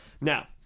Now